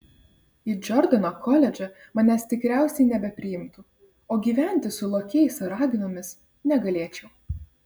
į džordano koledžą manęs tikriausiai nebepriimtų o gyventi su lokiais ar raganomis negalėčiau